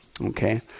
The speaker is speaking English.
okay